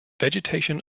vegetation